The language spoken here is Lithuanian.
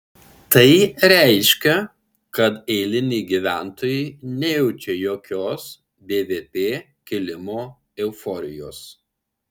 tai reiškia kad eiliniai gyventojai nejaučia jokios bvp kilimo euforijos